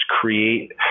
create